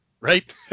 right